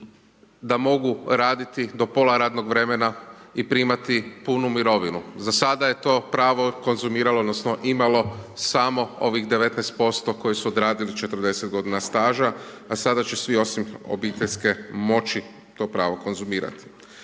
da mogu raditi do pola radnog vremena i primati punu mirovinu. Za sada je to pravo konzumiralo, odnosno imalo samo ovih 19% koji su odradili 40 godina staža, a sada će svi osim obiteljske moći to pravo konzumirati.